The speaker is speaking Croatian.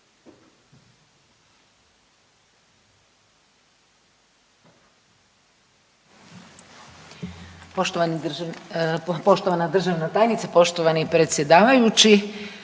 Poštovana državna tajnice, poštovani predsjedavajući.